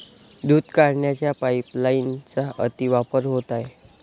दूध काढण्याच्या पाइपलाइनचा अतिवापर होत आहे